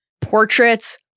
Portraits